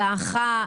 דעכה,